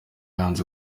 yanze